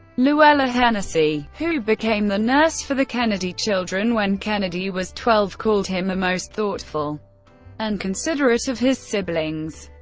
luella hennessey, who became the nurse for the kennedy children when kennedy was twelve, called him the ah most thoughtful and considerate of his siblings.